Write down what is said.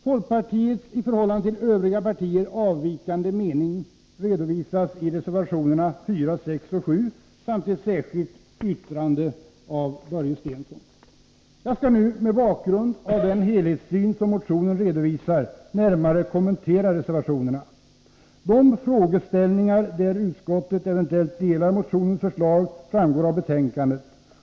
Folkpartiets i förhållande till övriga partier avvikande mening redovisas i reservationerna 4, 6 och 7 samt i ett särskilt yttrande av Börje Stensson. Jag skall nu mot bakgrund av den helhetssyn som redovisas i motionen närmare kommentera reservationerna. På vilka punkter utskottet delar motionens förslag framgår av betänkandet.